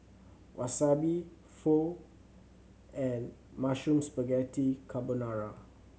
Wasabi Pho and Mushroom Spaghetti Carbonara